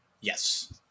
Yes